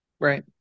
right